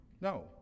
No